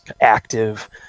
active